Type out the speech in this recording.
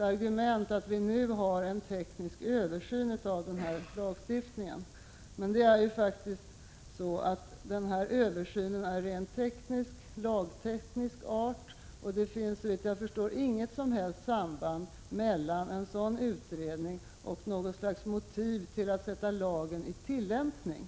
argumentet att vi nu gör en teknisk översyn av lagstiftningen. Men denna översyn är av lagteknisk art, och det finns såvitt jag förstår inget som helst samband mellan en sådan utredning och motiven till att sätta lagen i tillämpning.